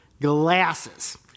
glasses